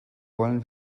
wollen